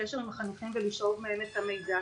בקשר עם החניכים ולשאוב מהם את המידע.